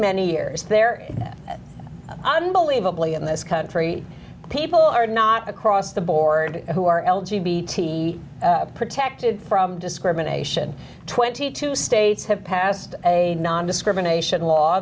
many years there unbelievably in this country people are not across the board who are l g b t protected from discrimination twenty two states have passed a nondiscrimination law